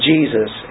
Jesus